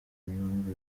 ibyumba